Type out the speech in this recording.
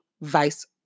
vice